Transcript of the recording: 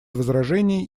возражений